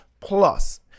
plus